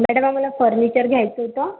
madam आम्हाला furniture घ्यायचं होतं